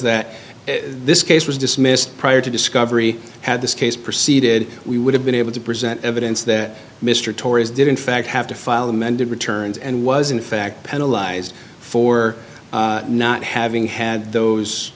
that this case was dismissed prior to discovery had this case proceeded we would have been able to present evidence that mr torres did in fact have to file amended returns and was in fact penalize for not having had those